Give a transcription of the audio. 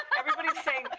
but everybody's saying,